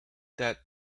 that